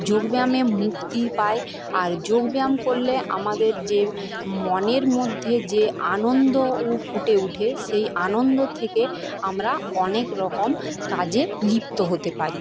যোগ ব্যায়ামে মুক্তি পায় আর যোগ ব্যায়াম করলে আমাদের যে মনের মধ্যে যে আনন্দও ফুটে উঠে সেই আনন্দ থেকে আমরা অনেক রকম কাজে লিপ্ত হতে পারি